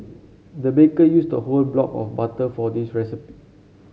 the baker used a whole block of butter for this recipe